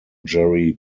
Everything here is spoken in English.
jerry